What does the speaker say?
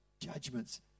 judgments